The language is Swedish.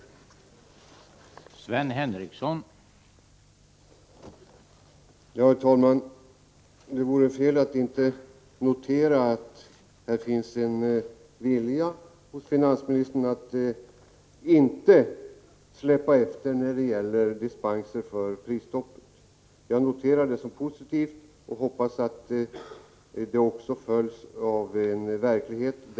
ens betydelse för kommunernas ekonomi